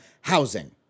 housing